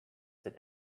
that